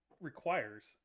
requires